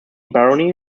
barony